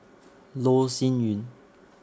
Loh Sin Yun